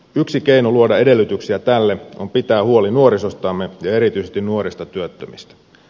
yksi keino luoda edellytyksiä tälle on pitää huoli nuorisostamme ja erityisesti nuorista työttömistä